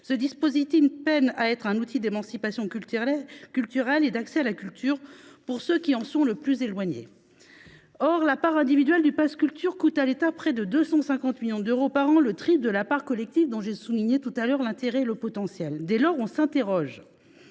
ce dispositif peine à être un outil d’émancipation culturelle et d’accès à la culture pour ceux qui en sont le plus éloignés ». La part individuelle du pass Culture coûte à l’État près de 250 millions d’euros par an, soit le triple de la part collective, dont j’ai souligné à la fois l’intérêt et le potentiel. Dès lors, on s’interroge…